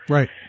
Right